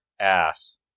ass